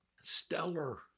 stellar